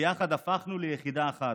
ויחד הפכנו ליחידה אחת.